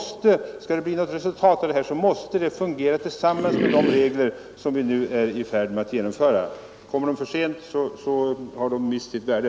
Skall det bli något resultat av det här måste det fungera tillsammans med de regler vi nu är i färd med att genomföra. Kommer utredningens resultat för sent har det mist sitt värde.